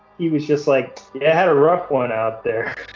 he was just like, yeah, i had a rough one out there.